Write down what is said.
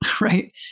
right